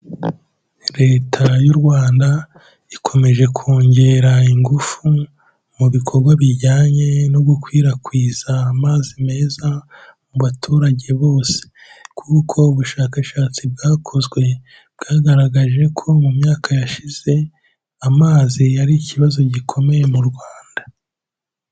Leta y'u Rwanda ikomeje kongera ingufu mu bikorwa bijyanye no gukwirakwiza amazi meza mu baturage bose. Kuko ubushakashatsi bwakozwe, bwagaragaje ko mu myaka yashize amazi yari ikibazo gikomeye mu Rwanda.